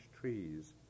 trees